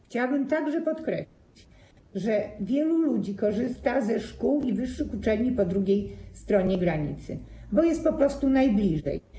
Chciałabym także podkreślić, że wielu ludzi korzysta ze szkół i wyższych uczelni po drugiej stronie granicy, bo jest po prostu najbliżej.